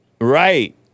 Right